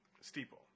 steeple